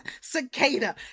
Cicada